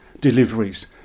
deliveries